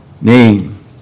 name